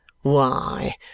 Why